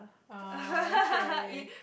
oh okay